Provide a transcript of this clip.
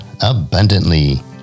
abundantly